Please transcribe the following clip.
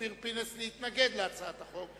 אופיר פינס להתנגד להצעת החוק,